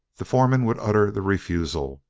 the foreman would utter the refusal.